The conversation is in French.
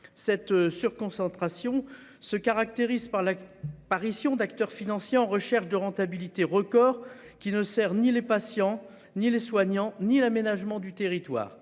cette surconcentration se caractérise par la parution d'acteurs financiers en recherche de rentabilité record qui ne sert ni les patients ni les soignants ni l'aménagement du territoire.